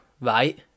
right